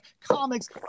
comics